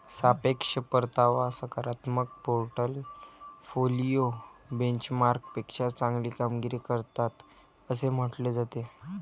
सापेक्ष परतावा सकारात्मक पोर्टफोलिओ बेंचमार्कपेक्षा चांगली कामगिरी करतात असे म्हटले जाते